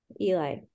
eli